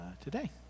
today